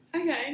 Okay